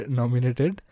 nominated